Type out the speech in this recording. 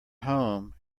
home